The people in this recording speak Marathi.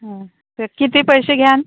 हं तर किती पैसे घ्यान